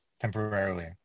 temporarily